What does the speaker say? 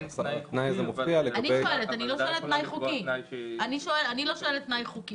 אני לא שואלת לגבי תנאי בחוק,